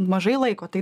mažai laiko tai